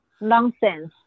Nonsense